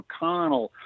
McConnell